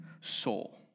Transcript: soul